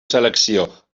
selecció